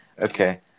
Okay